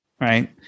Right